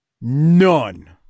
None